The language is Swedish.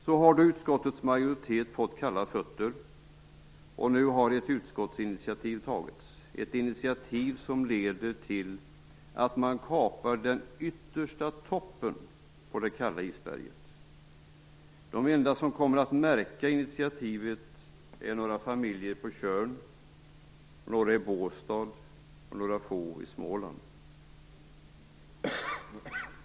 Så har då utskottets majoritet fått kalla fötter, och nu har ett utskottsinitiativ tagits - ett initiativ som leder till att man kapar den yttersta toppen på det kalla isberget. De enda som kommer att märka initiativet är några familjer på Tjörn, några i Båstad och några få i Småland.